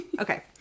Okay